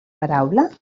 paraula